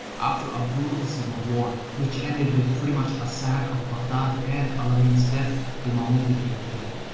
after a brutal civil war, which ended with pretty much a sack of baghdad and al-amin's death, al-mamun became caliph.